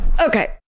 Okay